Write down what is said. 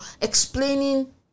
explaining